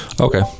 Okay